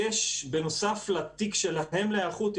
בנוסף לתיק שלהם להיערכות,